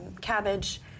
cabbage